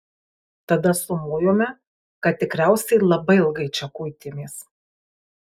tada sumojome kad tikriausiai labai ilgai čia kuitėmės